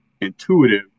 intuitive